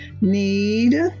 Need